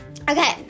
Okay